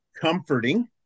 comforting